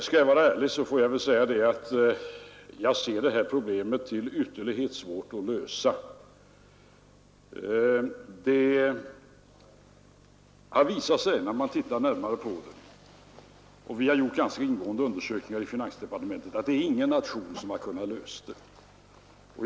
Skall jag vara ärlig får jag säga att jag anser att detta problem är till ytterlighet svårt att lösa. När man tittar närmare på det — vi har gjort ganska ingående undersökningar i finansdepartementet — har det visat sig att ingen nation kunnat lösa det.